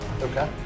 Okay